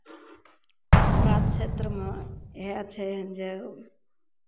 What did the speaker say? हमरा क्षेत्रमे इएह छै जे